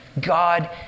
God